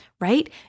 right